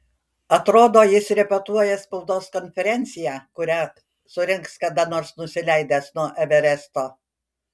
atrodo jis repetuoja spaudos konferenciją kurią surengs kada nors nusileidęs nuo everesto